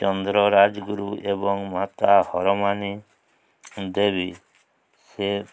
ଚନ୍ଦ୍ର ରାଜଗୁରୁ ଏବଂ ମାତା ହରମାନି ଦେବୀ ସେ